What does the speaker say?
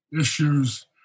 issues